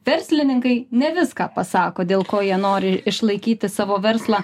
verslininkai ne viską pasako dėl ko jie nori išlaikyti savo verslą